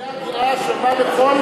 חבר הכנסת גפני,